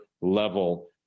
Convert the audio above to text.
level